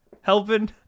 helping